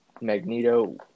Magneto